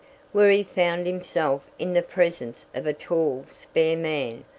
where he found himself in the presence of a tall, spare man,